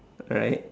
alright